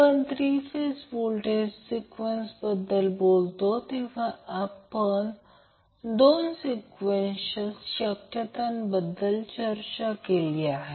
तर साधारणपणे three phase सर्किटमध्ये वीजनिर्मिती होते हे येथे तुम्हाला फक्त सांगत आहे कारण आपले उद्दिष्ट थ्री फेज सर्किट विश्लेषणाचा अभ्यास करणे आहे